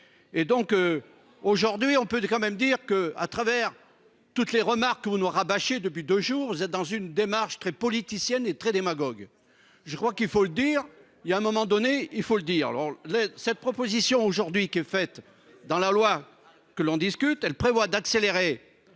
et donc. Aujourd'hui, on peut quand même dire que, à travers toutes les remarques, vous nous rabâché depuis 2 jours dans une démarche très politicienne est très démagogue. Je crois qu'il faut le dire, il y a un moment donné, il faut le dire lors cette proposition aujourd'hui qui est fait dans la loi que l'on discute. Elle prévoit d'accélérer.